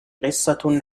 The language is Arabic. قصة